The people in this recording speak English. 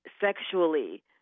sexually